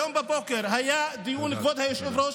היום בבוקר היה דיון, כבוד היושב-ראש.